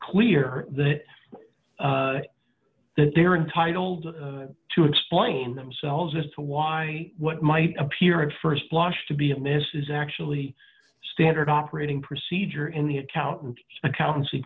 clear that that they're entitled to explain themselves as to why what might appear at st blush to be amiss is actually standard operating procedure in the accountant accountancy